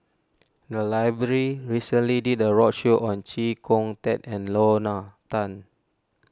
the library recently did a roadshow on Chee Kong Tet and Lorna Tan